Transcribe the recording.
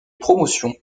promotions